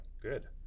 Good